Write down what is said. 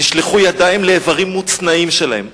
נשלחו ידיים לאיברים מוצנעים שלהן.